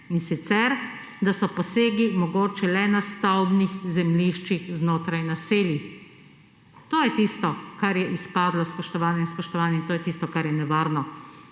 in sicer da so posegi mogoči le na stavbnih zemljiščih znotraj naselij. To je tisto, kar je izpadlo, spoštovane in spoštovani, in to je tisto, kar je nevarno.